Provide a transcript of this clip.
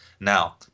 Now